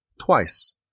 twice